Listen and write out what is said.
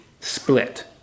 split